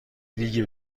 ریگی